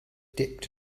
dipped